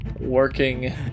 working